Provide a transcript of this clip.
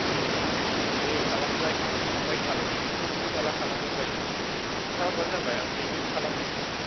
ए दे खालामलायखादो ओमफ्राय कालेकसनखौसो माला खालामगोन बायदि खिथाहरबानो जाबाय आं पेटिएम खालामहरनोसै